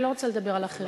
אני לא רוצה לדבר על אחרים,